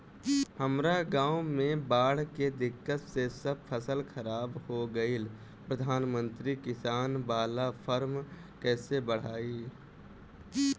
हमरा गांव मे बॉढ़ के दिक्कत से सब फसल खराब हो गईल प्रधानमंत्री किसान बाला फर्म कैसे भड़ाई?